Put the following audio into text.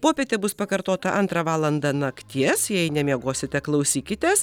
popietė bus pakartota antrą valandą nakties jei nemiegosite klausykitės